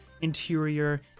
interior